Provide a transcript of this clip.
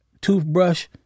toothbrush